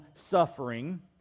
suffering